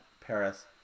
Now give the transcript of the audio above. Paris